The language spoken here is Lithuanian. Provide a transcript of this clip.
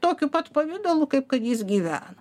tokiu pat pavidalu kaip kad jis gyvena